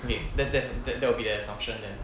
okay that that's that that will be a assumption then